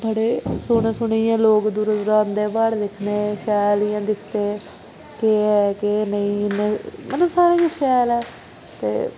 बडे़ सोह्ने सोह्ने इ'यां लोग दूरा दूरा औंदे इ'त्थें प्हाड़ दिक्खने ई शैल इ'यां दिक्खदे कि केह् ऐ केह् नेईं मतलब सारा किश शैल ऐ ते